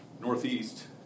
northeast